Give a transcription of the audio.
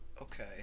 Okay